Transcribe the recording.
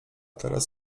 teraz